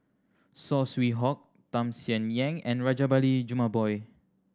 Saw Swee Hock Tham Sien Yen and Rajabali Jumabhoy